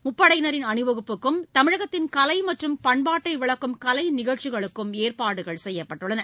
முப்படையினரின் அணிவகுப்புக்கும் தமிழகத்தின் கலை மற்றும் பண்பாட்டை விளக்கும் கலை நிகழ்ச்சிகளுக்கும் ஏற்பாடுகள் செய்யப்பட்டுள்ளன